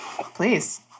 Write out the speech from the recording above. Please